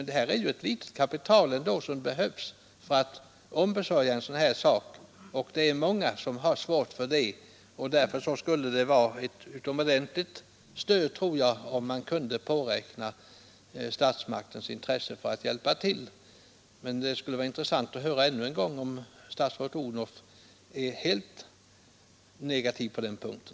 Det är ändå ett litet kapital som behövs för att ombesörja en sådan här adoption, och det är många som har svårt att samla ihop det kapitalet. Därför skulle det vara ett utomordentligt stöd om människor kunde påräkna statsmakternas intresse för att hjälpa 11 till. Det skulle vara intressant att höra ännu en gång om statsrådet Odhnoff är helt negativ på den punkten.